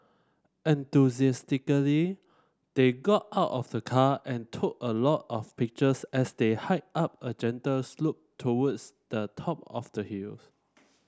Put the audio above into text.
enthusiastically they got out of the car and took a lot of pictures as they hiked up a gentle slope towards the top of the hill